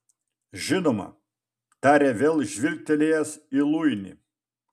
žinoma tarė vėl žvilgtelėjęs į luinį